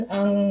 ang